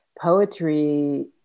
poetry